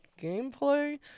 gameplay